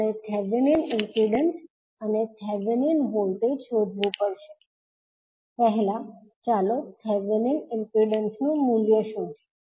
આપણે Thevenin impedance અને Thevenin voltage શોધવુ પડશે પહેલા ચાલો થેવેનીન ઇમ્પિડન્સનું મૂલ્ય શોધીએ